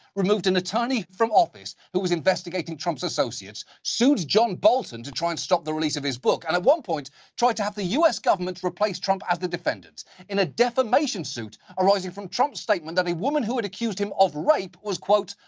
removed an attorney from office who was investigating trump's associates, sued john bolton to try and stop the release of his book, and at one point tried to have the u s. government replace trump as the defendant in a defamation suit arising from trump's statement that a woman who accused him of rape was quote,